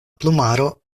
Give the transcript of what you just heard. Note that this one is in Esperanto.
plumaro